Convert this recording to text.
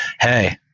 hey